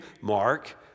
Mark